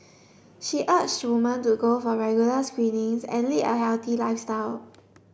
she urge woman to go for regular screenings and lead a healthy lifestyle